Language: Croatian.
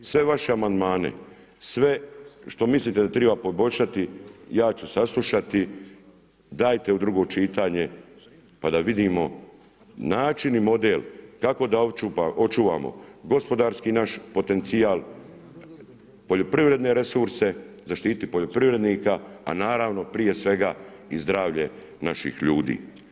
Sve vaše amandmane, sve što mislite da treba poboljšati ja ću saslušati, dajte u drugo čitanje pa da vidimo način i model kako da očuvamo gospodarski naš potencijal, poljoprivredne resurse, zaštititi poljoprivrednika, a naravno prije svega i zdravlje naših ljudi.